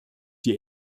die